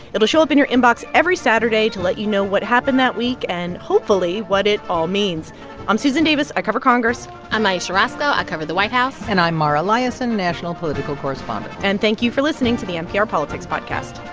it'll show up in your inbox every saturday to let you know what happened that week and, hopefully, what it all means i'm susan davis. i cover congress i'm ayesha rascoe. i cover the white house and i'm mara liasson, national political correspondent and thank you for listening to the npr politics podcast